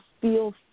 feel